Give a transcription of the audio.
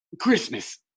Christmas